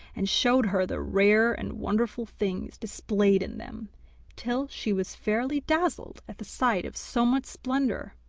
and showed her the rare and wonderful things displayed in them till she was fairly dazzled at the sight of so much splendour.